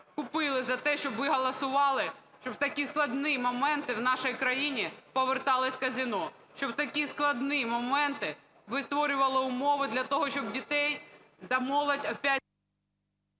купили за те, щоб ви голосували, щоб в такі складні моменти в нашій країні поверталися казино, що в такі складні моменти ви створювали умови для того, щоб дітей та молодь опять...